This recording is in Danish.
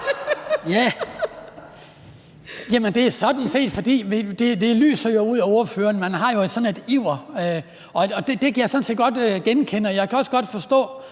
Jamen det er sådan set, fordi det jo lyser ud af ordføreren, at man har sådan en iver. Det kan jeg sådan set godt genkende, og vi kender også godt følelsen